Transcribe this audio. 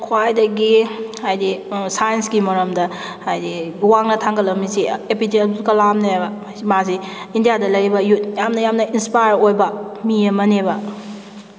ꯈ꯭ꯋꯥꯏꯗꯒꯤ ꯍꯥꯏꯗꯤ ꯁꯥꯏꯟꯁꯀꯤ ꯃꯔꯝꯗ ꯍꯥꯏꯗꯤ ꯋꯥꯡꯅ ꯊꯥꯡꯒꯠꯂꯝꯃꯤꯁꯤ ꯑꯦ ꯄꯤ ꯖꯦ ꯑꯕꯗꯨꯜ ꯀꯂꯥꯝꯅꯦꯕ ꯃꯥꯁꯤ ꯏꯟꯗꯤꯌꯥꯗ ꯂꯩꯔꯤꯕ ꯌꯨꯠ ꯌꯥꯝ ꯌꯥꯝꯅ ꯏꯟꯁꯄꯥꯏꯌꯔ ꯑꯣꯏꯕ ꯃꯤ ꯑꯃꯅꯦꯕ